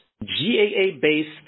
GAA-based